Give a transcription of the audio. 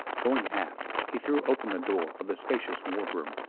going aft he threw open the door of the spacious wardroom,